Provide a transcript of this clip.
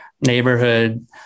neighborhood